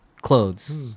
clothes